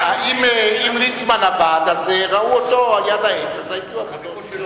אם ליצמן עבד, ראו אותו על יד העץ, אז היו עבודות.